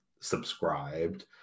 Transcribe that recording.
subscribed